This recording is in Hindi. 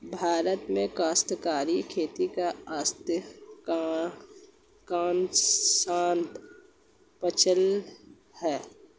भारत में काश्तकारी खेती का अधिकांशतः प्रचलन है